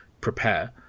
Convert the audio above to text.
prepare